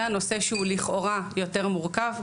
זה הנושא שהוא לכאורה יותר מורכב,